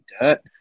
Dirt